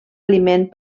aliment